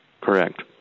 Correct